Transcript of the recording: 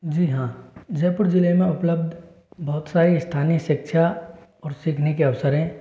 जी हाँ जयपुर जिले में उपलब्ध बहुत सारी स्थानीय शिक्षा और सीखने के अवसर है